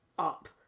up